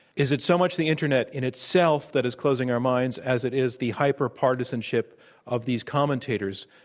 is it so much the internet in itself that is closing our minds as it is the hyper partisanship of these commentators